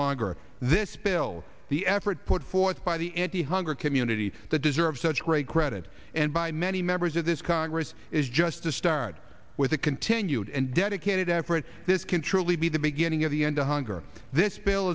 longer this bill the effort put forth by the anti hunger community that deserves such great credit and by many members of this congress is just a start with a continued and dedicated effort this can truly be the beginning of the end of hunger this bill